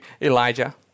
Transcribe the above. Elijah